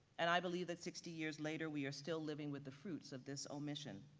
and i believe that sixty years later, we are still living with the fruits of this omission.